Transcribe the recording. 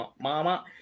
mama